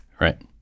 Right